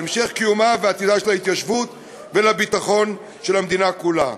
להמשך קיומה ועתידה של ההתיישבות ולביטחון של המדינה כולה.